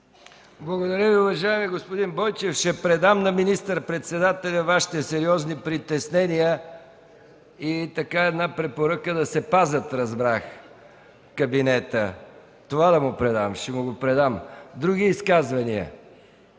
Благодаря Ви, уважаеми господин Бойчев – ще предам на министър-председателя Вашите сериозни притеснения, и една препоръка – да се пазят, разбрах, в кабинета. Това да му предам – ще му предам. Има ли други изказвания?